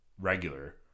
regular